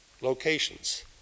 locations